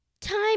time